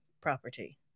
property